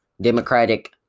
Democratic